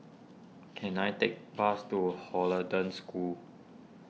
can I take a bus to Hollandse School